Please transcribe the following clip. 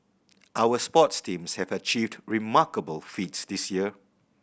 our sports teams have achieved remarkable feats this year